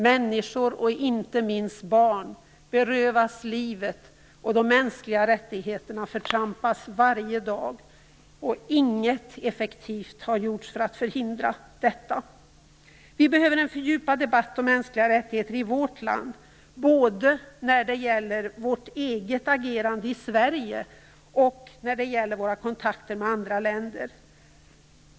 Människor och inte minst barn berövas livet, och de mänskliga rättigheterna förtrampas varje dag. Inget effektivt har gjorts för att förhindra detta. Vi behöver en fördjupad debatt om mänskliga rättigheter i vårt land både när det gäller vårt eget agerande i Sverige och när det gäller våra kontakter med andra länder.